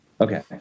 Okay